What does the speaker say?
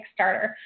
Kickstarter